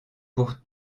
pour